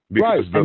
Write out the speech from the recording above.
Right